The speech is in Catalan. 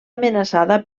amenaçada